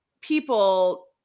people